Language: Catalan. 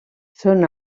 són